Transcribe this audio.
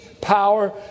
power